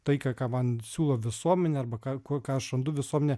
tai ką ką man siūlo visuomenė arba ką ką aš randu visuomenė